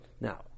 Now